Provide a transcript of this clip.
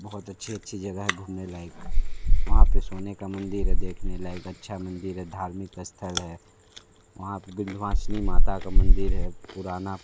बहुत अच्छी अच्छी जगह है घूमने लायक वहाँ पे सोने का मंदिर है देखने लायक अच्छा मंदिर है धार्मिक स्थल है वहाँ पे विंध्यवासिनी माता का मंदिर है पुराना